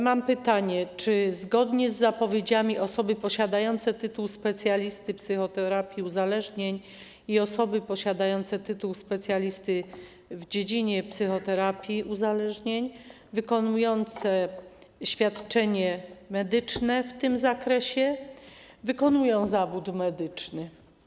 Mam pytanie: Czy zgodnie z zapowiedziami osoby posiadające tytuł specjalisty w dziedzinie psychoterapii uzależnień i osoby posiadające tytuł specjalisty w dziedzinie psychoterapii uzależnień udzielające świadczeń medycznych w tym zakresie wykonują zawód medyczny?